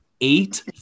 eight